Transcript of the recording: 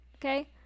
Okay